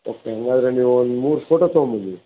okay ಹಾಗಾದ್ರೆ ನೀವೊಂದು ಮೂರು ಫೋಟೋ ತಗೊಂಡು ಬನ್ನಿ